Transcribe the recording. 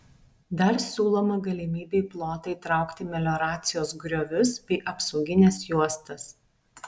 dar siūloma galimybė į plotą įtraukti melioracijos griovius bei apsaugines juostas